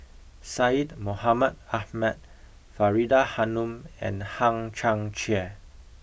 Syed Mohamed Ahmed Faridah Hanum and Hang Chang Chieh